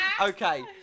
Okay